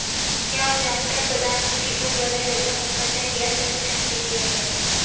क्या आप जानते है प्रधानमंत्री उज्ज्वला योजना मुख्यतः गैस कनेक्शन के लिए है?